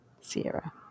Sierra